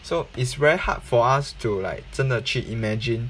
so it's very hard for us to like 真的去 imagine